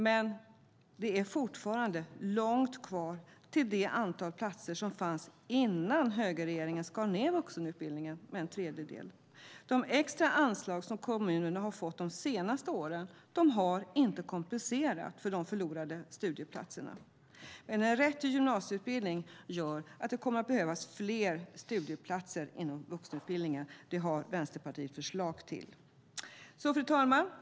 Men det är fortfarande långt kvar till det antal platser som fanns innan högerregeringen skar ned vuxenutbildningen med en tredjedel. De extra anslag som kommunerna har fått de senaste åren har inte kompenserat för de förlorade studieplatserna. En rätt till gymnasieutbildning gör att det kommer att behövas fler studieplatser inom vuxenutbildningen. Det har Vänsterpartiet förslag på. Fru talman!